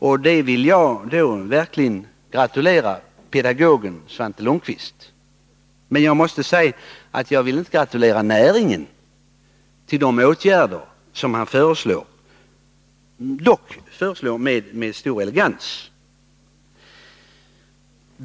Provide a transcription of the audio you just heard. Till det vill jag verkligen gratulera pedagogen Svante Lundkvist. Men jag måste säga att jag inte vill gratulera näringen till de åtgärder som han föreslår — dock med stor elegans.